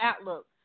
outlook